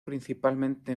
principalmente